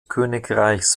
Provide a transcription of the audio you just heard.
königreichs